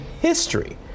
history